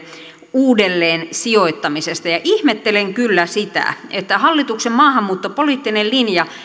uudelleensijoittamisesta ihmettelen kyllä sitä että hallituksen maahanmuuttopoliittinen linja